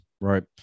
Right